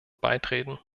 beitreten